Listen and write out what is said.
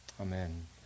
Amen